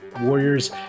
Warriors